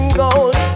gold